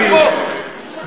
אתם מתחייבים ל-20 שרים?